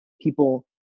people